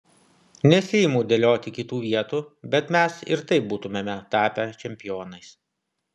nesiimu dėlioti kitų vietų bet mes ir taip būtumėme tapę čempionais